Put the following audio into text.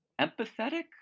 empathetic